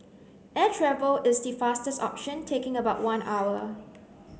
air travel is the fastest option taking about one hour